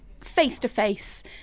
face-to-face